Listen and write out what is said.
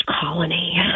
colony